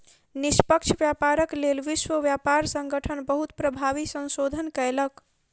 निष्पक्ष व्यापारक लेल विश्व व्यापार संगठन बहुत प्रभावी संशोधन कयलक